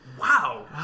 Wow